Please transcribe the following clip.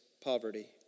poverty